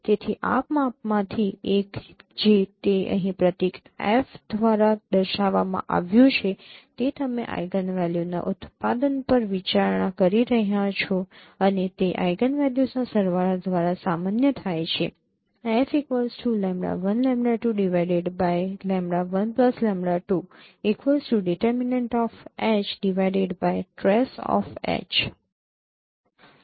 તેથી આ માપમાંથી એક જે તે અહીં પ્રતીક f દ્વારા દર્શાવવામાં આવ્યું છે તે તમે આઇગનવેલ્યુના ઉત્પાદન પર વિચારણા કરી રહ્યા છો અને જે આઇગનવેલ્યુઝના સરવાળા દ્વારા સામાન્ય થાય છે